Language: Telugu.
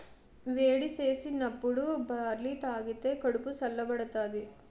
వేడి సేసినప్పుడు బార్లీ తాగిదే కడుపు సల్ల బడతాది